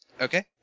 Okay